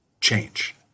change